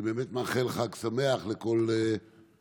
אני באמת מאחל חג שמח לכל המאמינים.